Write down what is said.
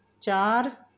ਚਾਰ